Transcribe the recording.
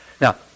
Now